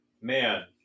man